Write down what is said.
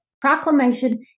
proclamation